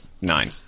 nine